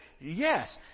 Yes